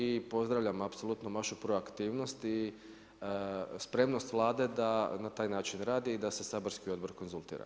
I pozdravljam apsolutno vašu proaktivnost i spremnost Vlade da na taj način radi i da se saborski odbor konzultira.